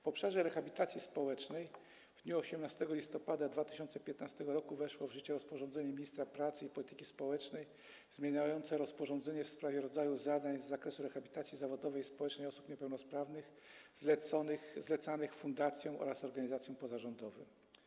W obszarze rehabilitacji społecznej w dniu 18 listopada 2015 r. weszło w życie rozporządzenie ministra pracy i polityki społecznej zmieniające rozporządzenie w sprawie rodzajów zadań z zakresu rehabilitacji zawodowej i społecznej osób niepełnosprawnych zlecanych fundacjom oraz organizacjom pozarządowym.